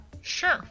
Sure